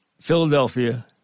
Philadelphia